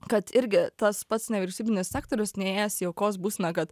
kad irgi tas pats nevyriausybinis sektorius neįėjęs į aukos būseną kad